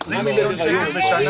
זה 20 מיליון שקל בשנה.